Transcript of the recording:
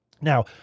Now